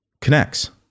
connects